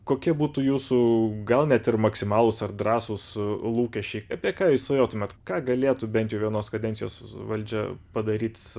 kokie būtų jūsų gal net ir maksimalūs ar drąsūs lūkesčiai apie ką svajotumėt ką galėtų bent jau vienos kadencijos valdžia padaryt